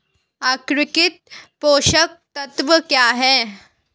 एकीकृत पोषक तत्व क्या है?